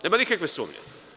Nema nikakve sumnje.